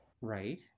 Right